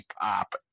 Pop